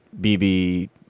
BB